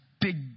big